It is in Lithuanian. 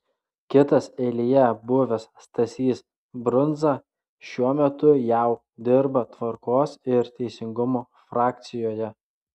kitas eilėje buvęs stasys brundza šiuo metu jau dirba tvarkos ir teisingumo frakcijoje